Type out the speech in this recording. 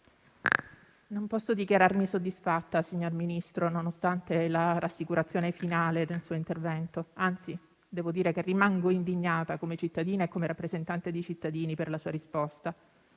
non posso dichiararmi soddisfatta nonostante la rassicurazione finale del suo intervento. Anzi, devo dire che rimango indignata come cittadina e rappresentante dei cittadini per la sua risposta.